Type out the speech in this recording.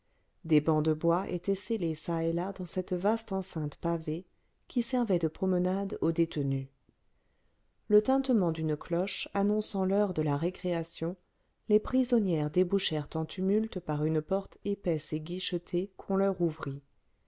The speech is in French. des bancs de bois étaient scellés çà et là dans cette vaste enceinte pavée qui servait de promenade aux détenues le tintement d'une cloche annonçant l'heure de la récréation les prisonnières débouchèrent en tumulte par une porte épaisse et guichetée qu'on leur ouvrit